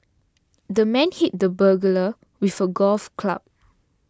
the man hit the burglar with a golf club